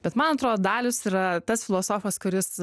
bet man atrodo dalius yra tas filosofas kuris